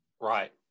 Right